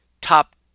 top